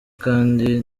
kandi